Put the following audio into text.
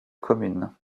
commune